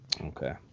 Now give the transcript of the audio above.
Okay